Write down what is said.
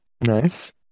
Nice